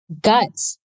guts